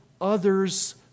others